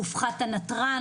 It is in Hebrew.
הופחת הנתרן.